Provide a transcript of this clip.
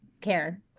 care